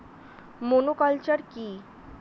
Monoculture কি?